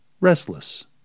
Restless